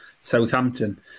Southampton